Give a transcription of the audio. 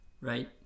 Right